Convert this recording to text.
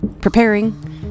preparing